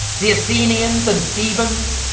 the athenians and thebans,